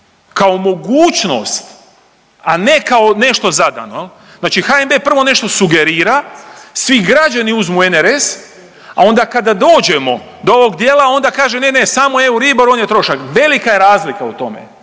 kao mogućnost, a ne kao nešto zadano jel, znači HNB prvo nešto sugerira, svi građani uzmu NRS, a onda kada dođemo do ovog dijela onda kaže ne, ne samo Euribor on je trošak, velika je razlika u tome,